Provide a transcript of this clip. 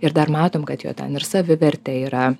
ir dar matom kad jo ten ir savivertė yra